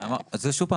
שוב.